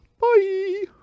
Bye